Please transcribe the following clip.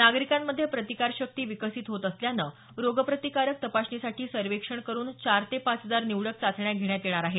नागरिकांमध्ये प्रतिकार शक्ती विकसित होत असल्यानं रोगप्रतिकारक तपासणीसाठी सर्वेक्षण करुन चार ते पाच हजार निवडक चाचण्या घेण्यात येणार आहेत